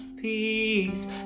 peace